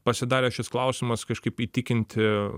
pasidarė šis klausimas kažkaip įtikinti